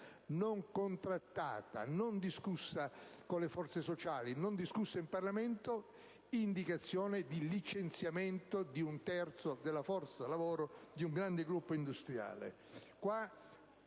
non contrattata, non discussa con le forze sociali e non discussa in Parlamento indicazione di licenziamento di un terzo della forza lavoro di un grande gruppo industriale.